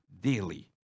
daily